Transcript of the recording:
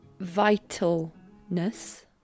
vitalness